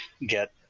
get